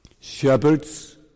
Shepherds